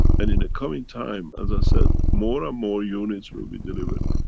and in the coming time, as i said, more and more units will be delivered.